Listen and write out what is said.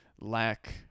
lack